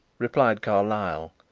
replied carlyle,